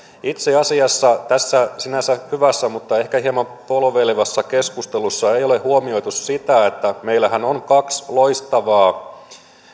itse asiassa tässä sinänsä hyvässä mutta ehkä hieman polveilevassa keskustelussa ei ole huomioitu sitä että meillähän on kaksi loistavaa